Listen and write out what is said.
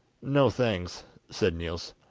no, thanks said niels.